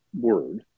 word